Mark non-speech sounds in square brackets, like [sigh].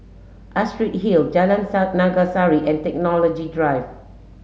Astrid Hill Jalan [unintelligible] Naga Sari and Technology Drive